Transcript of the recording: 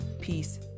peace